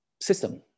system